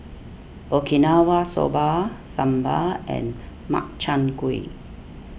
Okinawa Soba Sambar and Makchang Gui